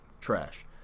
Trash